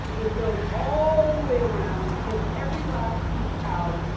it goes all the way around. gets every last piece out.